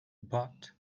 but